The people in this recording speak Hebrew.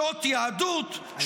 שעות יהדות,